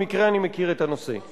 במקרה אני מכיר את הנושא.